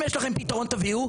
אם יש לכם פתרון תביאו,